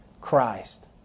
Christ